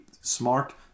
smart